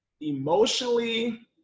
emotionally